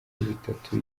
bitatu